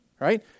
right